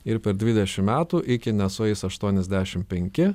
ir per dvidešim metų iki nesueis aštuoniasdešim penki